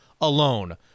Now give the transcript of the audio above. alone